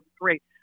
great